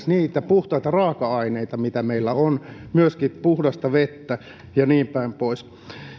niitä puhtaita raaka aineita mitä meillä on myöskin puhdasta vettä ja niinpäin pois